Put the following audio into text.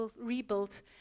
rebuilt